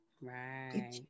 right